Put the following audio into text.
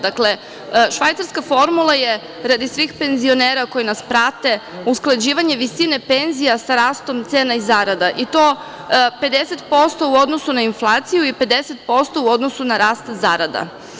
Dakle, švajcarska formula je, radi svih penzionera koji nas prate, usklađivanje visine penzija sa rastom cena i zarada, i to 50% u odnosu na inflaciju i 50% u odnosu na rast zarada.